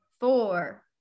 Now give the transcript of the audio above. four